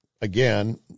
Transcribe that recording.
again